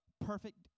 perfect